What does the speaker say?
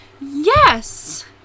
Yes